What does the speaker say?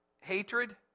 Hatred